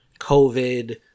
COVID